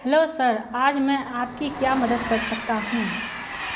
hello sir आज मैं आपकी क्या मदद कर सकता हूँ